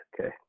Okay